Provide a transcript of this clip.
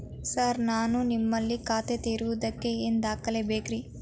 Sir ನಾನು ನಿಮ್ಮಲ್ಲಿ ಖಾತೆ ತೆರೆಯುವುದಕ್ಕೆ ಏನ್ ದಾಖಲೆ ಬೇಕ್ರಿ?